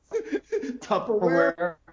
Tupperware